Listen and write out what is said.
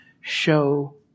Show